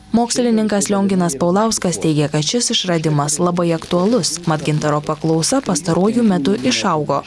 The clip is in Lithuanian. mokslininkas lionginas paulauskas teigia kad šis išradimas labai aktualus mat gintaro paklausa pastaruoju metu išaugo